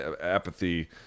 Apathy